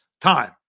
time